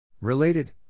Related